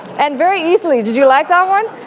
and very easily-did you like that one?